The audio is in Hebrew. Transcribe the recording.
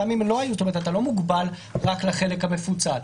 אתה לא מוגבל רק לחלק המפוצל.